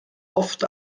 oft